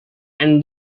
and